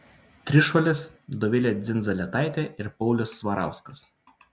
trišuolis dovilė dzindzaletaitė ir paulius svarauskas